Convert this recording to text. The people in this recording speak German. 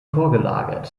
vorgelagert